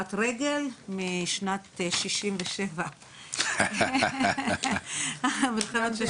קטועת רגל משנת 67', מלחמת ששת הימים.